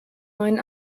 neuen